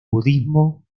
budismo